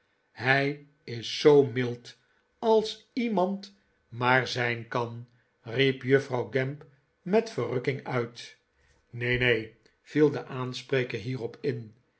hij is zoo mild als iemand maar zijn kan riep juffrouw gamp met verrukking uit neen neen viel de aanspreker hierop in